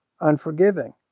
unforgiving